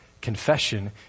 confession